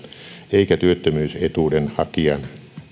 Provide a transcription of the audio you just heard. eikä työttömyysetuuden hakijan